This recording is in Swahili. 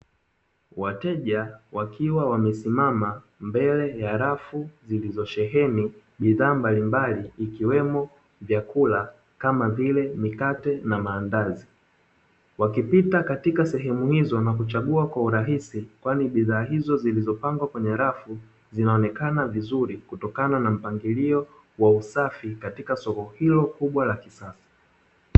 Wateja wakiwa wamesimama mbele ya rafu zilizosheheni bidhaa mbalimbali ikiwemo vyakula kama vile mikate na maandazi, wakipita katika sehemu hizo na kuchagua kwa urahisi kwani bidhaa hizo zilizopangwa kwenye rafu zinaonekana vizuri kutokana na mpangilio wa usafi katika soko hilo kubwa la kisasa.